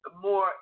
more